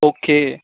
okay